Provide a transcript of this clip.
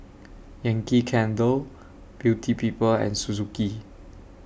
Yankee Candle Beauty People and Suzuki